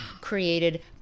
created